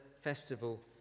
festival